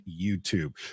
YouTube